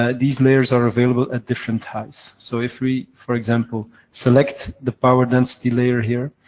ah these layers are available at different height. so if we, for example, select the power density layer here,